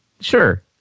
Sure